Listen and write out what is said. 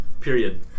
Period